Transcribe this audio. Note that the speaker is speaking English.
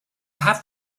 have